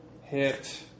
hit